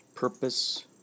Purpose